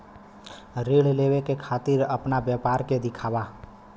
ऋण लेवे के खातिर अपना व्यापार के दिखावा?